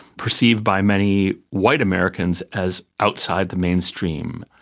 perceived by many white americans as outside the mainstream.